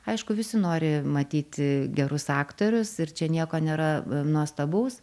aišku visi nori matyti gerus aktorius ir čia nieko nėra nuostabaus